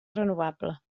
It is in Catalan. renovable